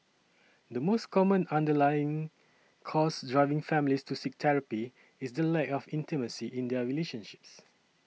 the most common underlying cause driving families to seek therapy is the lack of intimacy in their relationships